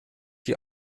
die